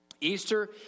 Easter